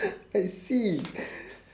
I see